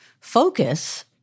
focus